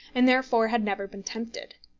and therefore had never been tempted.